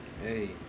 hey